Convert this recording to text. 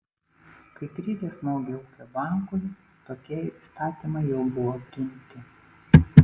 kai krizė smogė ūkio bankui tokie įstatymai jau buvo priimti